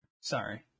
Sorry